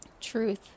truth